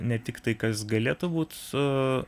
ne tik tai kas galėtų būt